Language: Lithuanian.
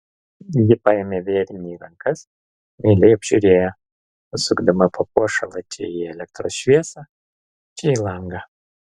ji paėmė vėrinį į rankas meiliai apžiūrėjo pasukdama papuošalą čia į elektros šviesą čia į langą